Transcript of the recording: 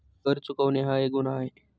कर चुकवणे हा एक गुन्हा आहे